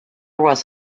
was